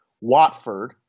Watford